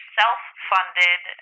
self-funded